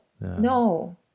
No